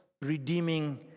Redeeming